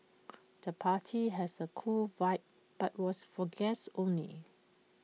the party has A cool vibe but was for guests only